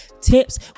tips